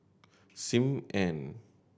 Sim Ann